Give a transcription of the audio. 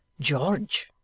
George